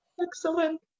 Excellent